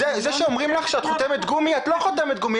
זה שאומרים לך שאת חותמת גומי, את לא חותמת גומי.